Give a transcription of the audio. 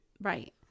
Right